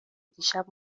دیشب